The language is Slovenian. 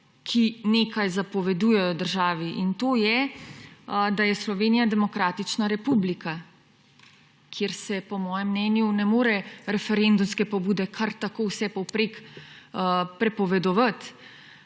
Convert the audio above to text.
ki nekaj zapovedujejo državi. In to je, da je Slovenija demokratična republika, kjer se po mojem mnenju ne morejo referendumske pobude kar tako vsepovprek prepovedovati.